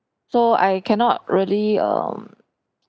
so I cannot really um